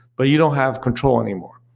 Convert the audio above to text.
but you don't have control anymore.